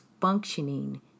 functioning